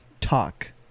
talk